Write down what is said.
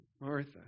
Martha